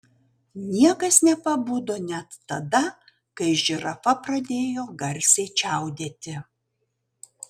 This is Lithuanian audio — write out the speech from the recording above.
niekas nepabudo net tada kai žirafa pradėjo garsiai čiaudėti